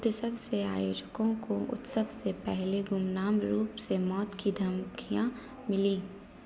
उत्सव से आयोजकों को उत्सव से पहले गुमनाम रूप से मौत की धमकियाँ मिली